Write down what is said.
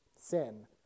sin